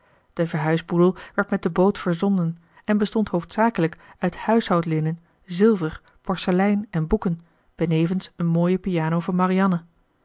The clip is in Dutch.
de verhuisboedel werd met de boot verzonden en bestond hoofdzakelijk uit huishoudlinnen zilver porselein en boeken benevens een mooie piano van marianne